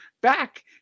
back